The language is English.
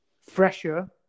fresher